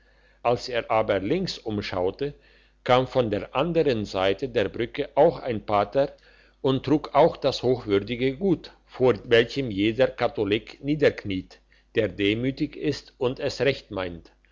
als er aber links umschaute kam von der andern seite der brücke auch ein pater und trug auch das hochwürdige gut vor welchem jeder katholik niederkniet der demütig ist und es recht meint